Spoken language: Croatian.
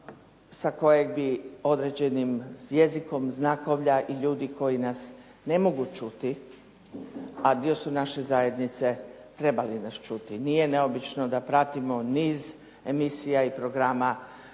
sa kojeg bi određenim jezikom znakovlja i ljudi koji nas ne mogu čuti, a dio su naše zajednice, trebali nas čuti. Nije neobično da pratimo niz emisija i programa